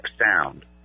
sound